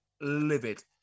livid